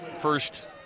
first